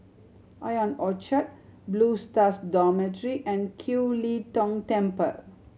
Ion Orchard Blue Stars Dormitory and Kiew Lee Tong Temple